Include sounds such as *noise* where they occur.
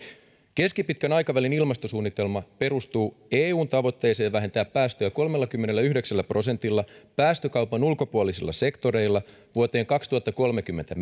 keskipitkän aikavälin ilmastosuunnitelma perustuu eun tavoitteeseen vähentää päästöjä kolmellakymmenelläyhdeksällä prosentilla päästökaupan ulkopuolisilla sektoreilla vuoteen kaksituhattakolmekymmentä *unintelligible*